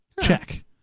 Check